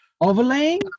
Overlaying